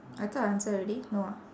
I thought I answer already no ah